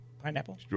pineapple